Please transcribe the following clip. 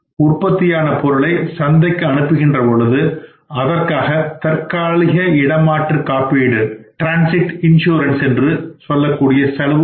உற்பத்தியான பொருளை சந்தைக்கு அனுப்புகின்ற போது அதற்கான தற்காலிக டிரன்சிட் இன்சுரன்ஸ் செலவும் வரும்